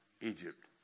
Egypt